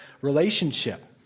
relationship